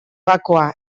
gakoa